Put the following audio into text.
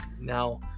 now –